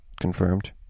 Confirmed